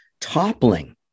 toppling